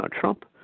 Trump